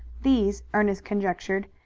these, ernest conjectured,